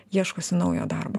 ieškosi naujo darbo